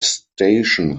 station